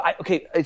okay